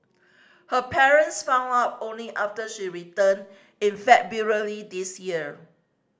her parents found out only after she returned in February this year